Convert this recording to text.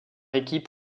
équipes